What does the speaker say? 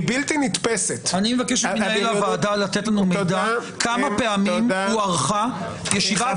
אני מבקש ממנהל הוועדה לתת לנו מידע כמה פעמים הוארכה ישיבת ועדת החוקה.